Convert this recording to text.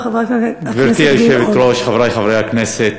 גברתי היושבת-ראש, חברי חברי הכנסת,